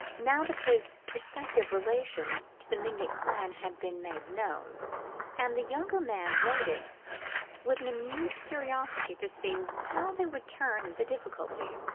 now that his prospective relation to the mingott clan had been made known and the young man waited with an amused curiosity to see how they would turn the difficulty.